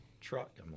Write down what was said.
truck